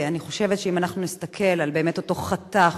אני חושבת שאם אנחנו נסתכל על אותו חתך